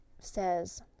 says